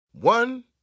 One